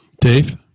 dave